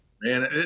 Man